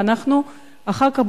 ואנחנו אחר כך,